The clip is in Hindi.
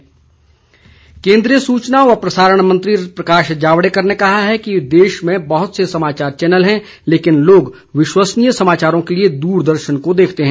प्रकाश जावड़ेकर केन्द्रीय सूचना और प्रसारण मंत्री प्रकाश जावड़ेकर ने कहा है कि देश में बहुत से समाचार चैनल हैं लेकिन लोग विश्वसनीय समाचारों के लिए दूरदर्शन को देखते हैं